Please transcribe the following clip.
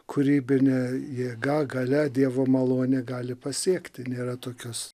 kūrybinė jėga galia dievo malonė gali pasiekti nėra tokios